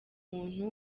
umuntu